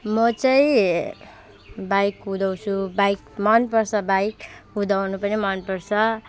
म चाहिँ बाइक कुदाउँछु बाइक मनपर्छ बाइक कुदाउन पनि मनपर्छ